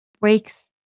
breaks